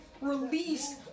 released